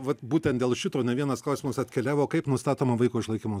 vat būtent dėl šito ne vienas klausimas atkeliavo kaip nustatoma vaiko išlaikymo